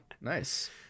Nice